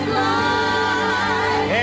life